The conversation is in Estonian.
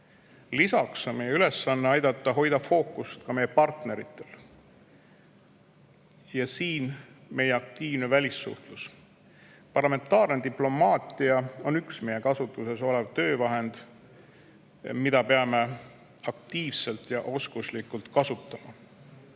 Lisaks on meie ülesanne aidata hoida seda fookust ka meie partneritel. Ja siin on meie aktiivne välissuhtlus, parlamentaarne diplomaatia üks meie kasutuses olev töövahend, mida peame aktiivselt ja oskuslikult